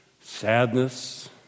sadness